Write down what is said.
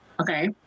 okay